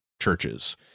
churches